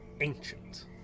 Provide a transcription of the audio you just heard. ancient